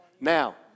Now